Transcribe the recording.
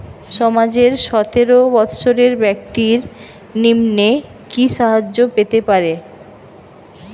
সমাজের সতেরো বৎসরের ব্যাক্তির নিম্নে কি সাহায্য পেতে পারে?